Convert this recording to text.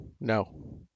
no